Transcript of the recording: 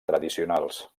tradicionals